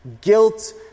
guilt